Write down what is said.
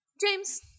James